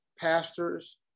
pastors